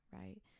right